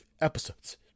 episodes